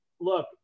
Look